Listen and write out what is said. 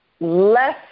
less